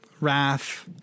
wrath